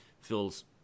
feels